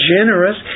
generous